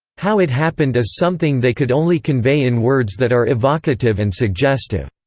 how it happened is something they could only convey in words that are evocative and suggestive.